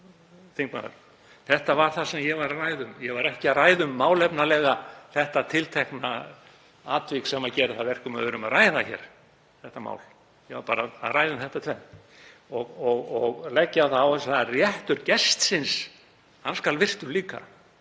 Þetta var það sem ég var að ræða um. Ég var ekki að ræða málefnalega um þetta tiltekna atvik sem gerir það að verkum að við erum nú að ræða þetta mál. Ég var bara að ræða um þetta tvennt og leggja áherslu á að réttur gestsins skal virtur líka.